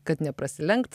kad neprasilenkt